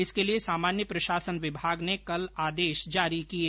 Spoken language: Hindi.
इसके लिये सामान्य प्रशासन विभाग ने कल आदेश जारी किए